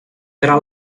tra